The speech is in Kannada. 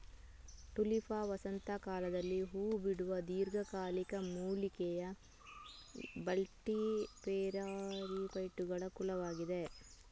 ಟುಲಿಪಾ ವಸಂತ ಕಾಲದಲ್ಲಿ ಹೂ ಬಿಡುವ ದೀರ್ಘಕಾಲಿಕ ಮೂಲಿಕೆಯ ಬಲ್ಬಿಫೆರಸ್ಜಿಯೋಫೈಟುಗಳ ಕುಲವಾಗಿದೆ